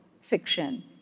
fiction